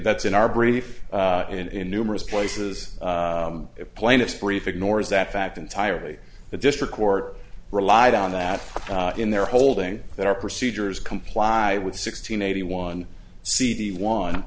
that's in our brief and in numerous places plaintiff's brief ignores that fact entirely the district court relied on that in their holding that our procedures comply with sixteen eighty one cd one